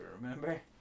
remember